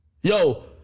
Yo